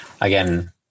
again